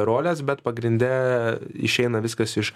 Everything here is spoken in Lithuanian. rolės bet pagrinde išeina viskas iš